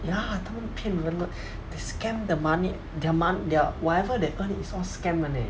ya 他们骗人 they scam the money the mon~ their whatever they earn is all scam [one] eh